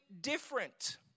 different